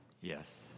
Yes